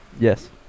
Yes